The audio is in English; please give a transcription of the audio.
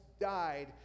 died